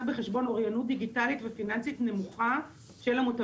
בחשבון אוריינות דיגיטלית ופיננסית של המוטבים.